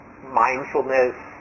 mindfulness